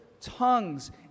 tongues